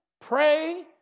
pray